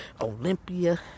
olympia